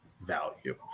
value